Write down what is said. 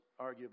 arguably